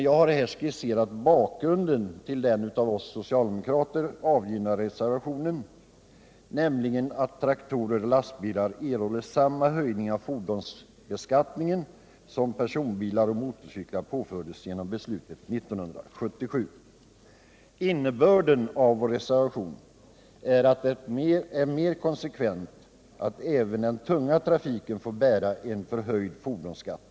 Jag har här skisserat bakgrunden till den av oss angivna reservationen, nämligen att traktorer och lastbilar får samma höjning av fordonsbeskattningen som personbilar och motorcyklar påfördes genom beslutet 1977. Innebörden av vår reservation är att det är mer konsekvent att även den tunga trafiken får bära en förhöjd fordonsskatt.